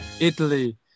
Italy